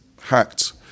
hacked